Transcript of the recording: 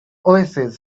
oasis